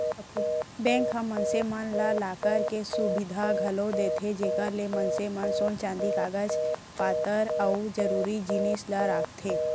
bank ह मनसे मन ला लॉकर के सुबिधा घलौ देथे जेकर ले मनसे मन सोन चांदी कागज पातर अउ जरूरी जिनिस ल राखथें